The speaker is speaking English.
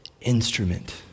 instrument